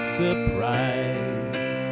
surprise